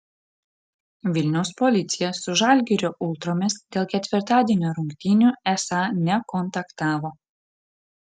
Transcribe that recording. vilniaus policija su žalgirio ultromis dėl ketvirtadienio rungtynių esą nekontaktavo